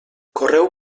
correu